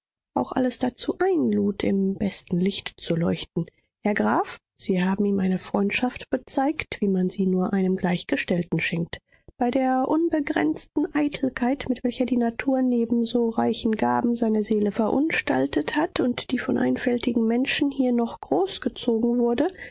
auch alles dazu einlud im besten licht zu leuchten herr graf sie haben ihm eine freundschaft bezeigt wie man sie nur einem gleichgestellten schenkt bei der unbegrenzten eitelkeit mit welcher die natur neben so reichen gaben seine seele verunstaltet hat und die von einfältigen menschen hier noch großgezogen wurde